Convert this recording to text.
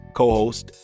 co-host